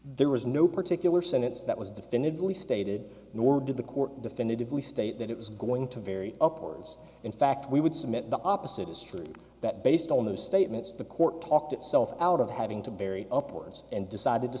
there was no particular sentence that was definitively stated nor did the court definitively state that it was going to vary up hours in fact we would submit the opposite is true that based on those statements the court talked itself out of having to bury upwards and decided to